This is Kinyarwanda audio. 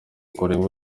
kurenga